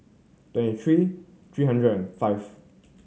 twenty three three hundred and five